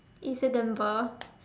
it's a gamble